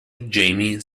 jamie